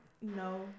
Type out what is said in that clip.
no